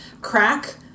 crack